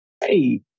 Hey